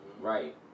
Right